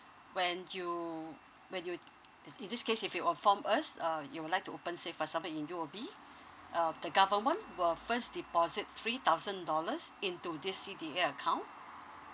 when you when you in this case if you inform us uh you would like to open say for example in U_O_B um the government will first deposit three thousand dollars into this C_D_A account